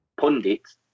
pundits